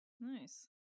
Nice